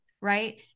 right